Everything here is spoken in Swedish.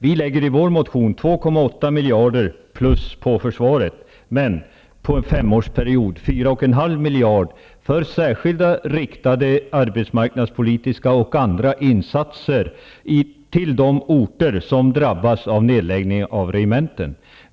Vi lägger i vår motion ytterligare 2,8 miljarder på försvaret, men vi vill under en femårsperiod anslå 4,5 miljarder för särskilda, riktade arbetsmarknadspolitiska och andra insatser till de orter som drabbas av nedläggning av regementen.